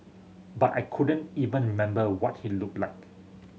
but I couldn't even remember what he looked like